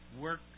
work